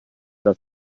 das